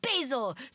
Basil